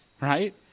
Right